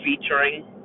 featuring